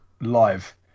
live